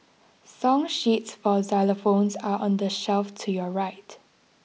song sheets for xylophones are on the shelf to your right